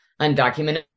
undocumented